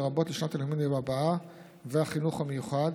לרבות לשנת הלימודים הבאה והחינוך המיוחד,